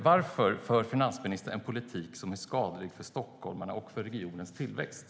Varför för finansministern en politik som är skadlig för stockholmarna och för regionens tillväxt?